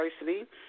University